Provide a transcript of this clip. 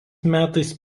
metais